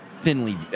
Thinly